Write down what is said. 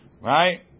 Right